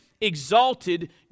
exalted